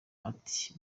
ati